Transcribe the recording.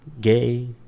Gay